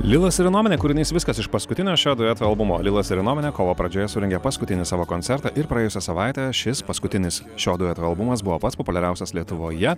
lilas ir innomine kūrinys viskas iš paskutinio šio dueto albumo lilas ir innomine kovo pradžioje surengė paskutinį savo koncertą ir praėjusią savaitę šis paskutinis šio dueto albumas buvo pats populiariausias lietuvoje